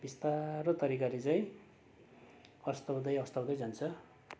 बिस्तारो तरिकाले चाहिँ अस्ताउँदै अस्ताउँदै जान्छ